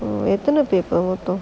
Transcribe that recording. எத்தன:ethana paper மொத்தம்:motham